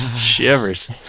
Shivers